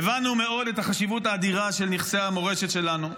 הבנו מאוד את החשיבות האדירה של נכסי המורשת שלנו.